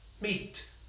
meet